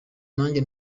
nanjye